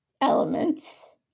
elements